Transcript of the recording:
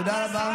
תודה רבה.